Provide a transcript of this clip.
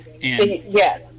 Yes